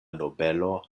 nobelo